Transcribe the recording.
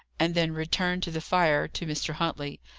and then returned to the fire to mr. huntley.